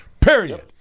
period